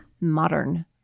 modern